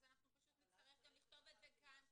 אז פשוט נצטרך לכתוב את זה גם כאן כחריג.